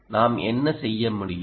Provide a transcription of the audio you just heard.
அதை நாம் என்ன செய்ய முடியும்